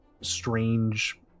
strange